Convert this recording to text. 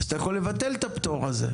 ואז אתה יכול לבטל את הפטור הזה.